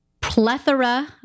plethora